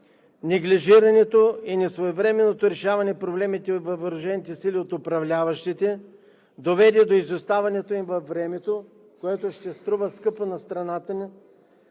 Неглижирането и несвоевременното решаване на проблемите във въоръжените сили от управляващите доведе до изоставането им във времето, което ще струва скъпо на страната ни,